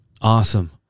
Awesome